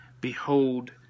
behold